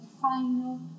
final